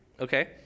Okay